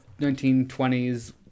1920s